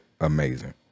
Amazing